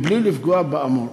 בלי לפגוע באמור,